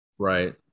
Right